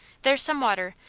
there's some water.